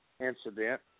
incident